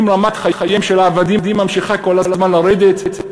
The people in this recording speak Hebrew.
אם רמת חייהם של העבדים ממשיכה כל הזמן לרדת.